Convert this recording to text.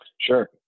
Sure